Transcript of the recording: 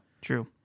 True